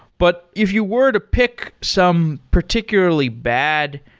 but if you were to pick some particularly bad,